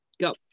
go